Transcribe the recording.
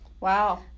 Wow